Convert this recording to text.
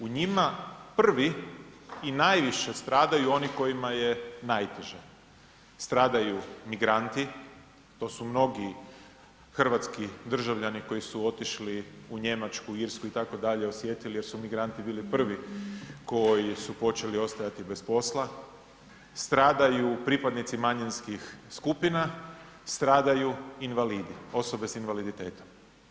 U njima prvi i najviše stradaju oni kojima je najteže, stradaju migranti, to su mnogi hrvatski državljani koji su otišli u Njemačku, Irsku itd. osjetili jer su migranti bili prvi koji su počeli ostajati bez posla, stradaju pripadnici manjinskih skupina, stradaju invalidi, osobe sa invaliditetom.